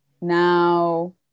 now